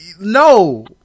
no